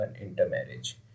intermarriage